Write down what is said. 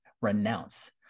Renounce